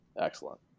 excellent